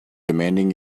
demanding